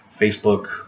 Facebook